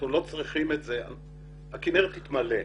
הכינרת תתמלא.